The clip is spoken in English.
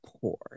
poor